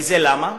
וזה למה?